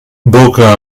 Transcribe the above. boca